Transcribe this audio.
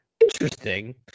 Interesting